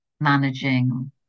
managing